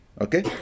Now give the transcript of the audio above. Okay